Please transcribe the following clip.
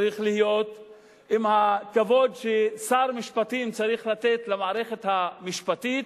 צריך להיות עם הכבוד ששר המשפטים צריך לתת למערכת המשפטית.